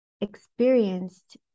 experienced